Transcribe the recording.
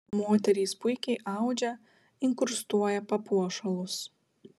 moterys puikiai audžia inkrustuoja papuošalus